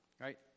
right